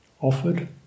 offered